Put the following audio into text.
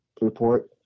report